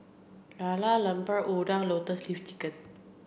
Lala Lemper Udang lotus leaf chicken